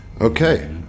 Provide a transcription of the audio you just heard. Okay